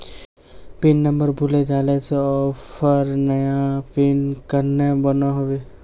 Pin number भूले जाले से ऑफर नया पिन कन्हे बनो होबे?